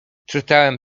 czytałem